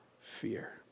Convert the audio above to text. fear